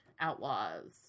outlaws